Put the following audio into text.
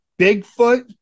bigfoot